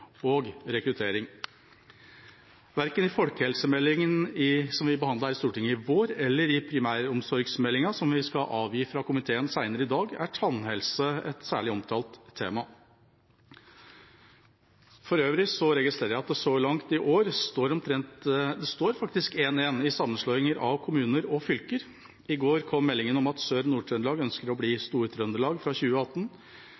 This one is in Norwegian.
og rekruttering. Verken i folkehelsemeldingen, som vi behandlet i Stortinget i vår, eller i primæromsorgsmeldingen, som vi skal avgi fra komiteen senere i dag, er tannhelse et særlig omtalt tema. For øvrig registrerer jeg at det så langt i år står 1–1 i sammenslåing av kommuner og fylker. I går kom meldingen om at Sør- og Nord-Trøndelag ønsker å bli «Stor-Trøndelag» fra 2018.